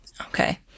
Okay